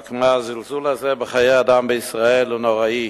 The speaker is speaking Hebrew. רק מה, הזלזול הזה בחיי אדם בישראל הוא נוראי.